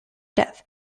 death